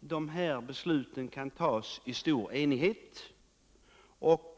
dessa beslut kan fattas i stor enighet.